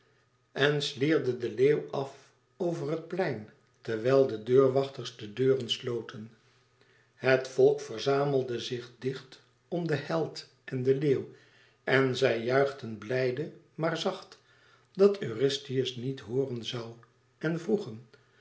en slierde den leeuw af over het plein terwijl de deurwachters de deuren sloten het volk verzamelde zich dicht om den held en den leeuw en zij juichten blijde maar zacht dat eurystheus niet hooren zoû en vroegen